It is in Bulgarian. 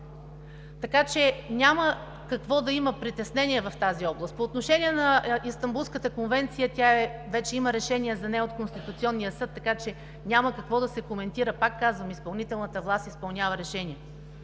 Така че няма за какво да има притеснение в тази област. По отношение на Истанбулската конвенция. За нея вече има решение от Конституционния съд, така че няма какво да се коментира. Пак казвам, изпълнителната власт изпълнява решение.